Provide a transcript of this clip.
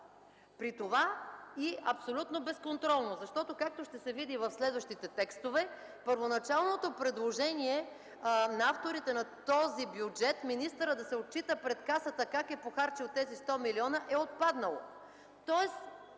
При това и абсолютно безконтролно, защото, както ще се види в следващите текстове, първоначалното предложение на авторите на този бюджет – министърът да се отчита пред Касата как е похарчил тези 100 милиона, е отпаднало.